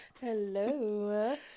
hello